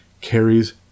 carries